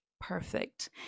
perfect